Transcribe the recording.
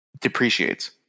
depreciates